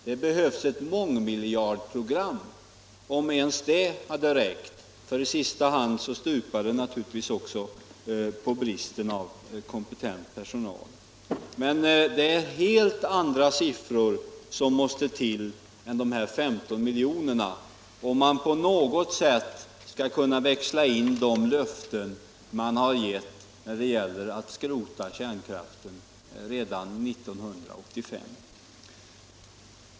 Det behövs ett mångmiljardprogram, om ens det hade räckt — för i sista hand stupar det naturligtvis också på bristen på kompetent personal. Men det måste till helt andra summor än de 15 miljonerna, om man på något sätt skall kunna växla in de löften man givit om att skrota ned kärnkraften redan 1985.